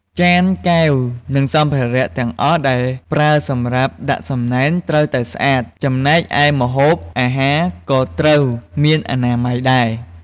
ចាន កែវ និង សម្ភារៈទាំងអស់ដែលប្រើសម្រាប់ដាក់សំណែនត្រូវតែស្អាត ចំណែកឯម្ហូបអាហារក៏ត្រូវមានអនាម័យដែរ។